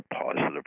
positive